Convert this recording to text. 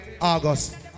August